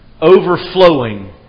overflowing